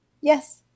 Yes